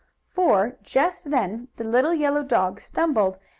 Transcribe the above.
for, just then, the little yellow dog stumbled,